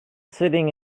sitting